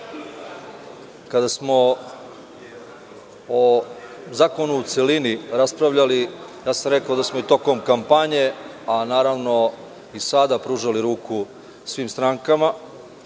kada smo o zakonu u celini raspravljali, rekao sam da smo i tokom kampanje, a naravno i sada pružali ruku svim strankama